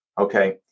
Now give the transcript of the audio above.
Okay